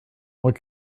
what